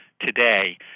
today